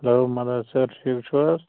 hello Manhas sir ٹھیٖک چھُو حظ